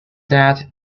that